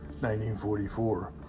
1944